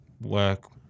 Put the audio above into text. work